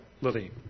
Lily